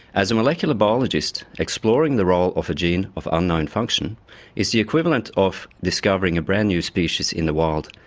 as a molecular biologist, exploring the role of a gene of unknown function is the equivalent of discovering a brand-new species in the wild,